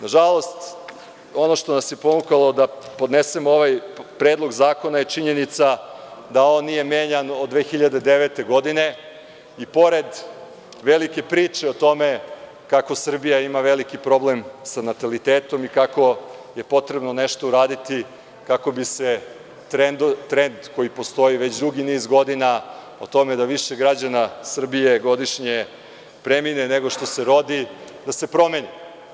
Nažalost, ono što nas je ponukalo da podnesemo ovaj Predlog zakona je činjenica da on nije menjan od 2009. godine i pored velike priče o tome kako Srbija ima veliki problem sa natalitetom i kako je potrebno nešto uraditi kako bi se trend koji postoji već dugi niz godina, o tome da više građana Srbije godišnje premine, nego što se rodi, da se promeni.